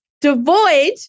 devoid